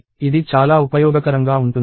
ఇది చాలా ఉపయోగకరంగా ఉంటుంది